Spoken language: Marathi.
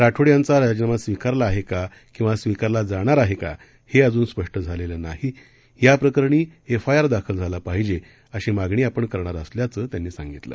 राठोड यांचा राजीनामा स्वीकारला आहे का किंवा स्वीकारला जाणार आहे का हे अजून स्पष्ट झालेलं नाही याप्रकरणी एफआयआर दाखल झाला पाहिजे अशी मागणी आपण करणार असल्याचं त्यांनी सांगितलं